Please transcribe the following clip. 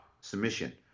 submission